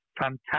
fantastic